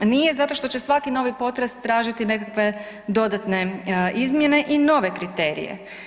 Nije zato što će svaki novi potres tražiti nekakve dodatne izmjene i dodatne kriterije.